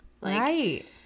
Right